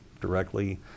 directly